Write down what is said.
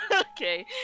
okay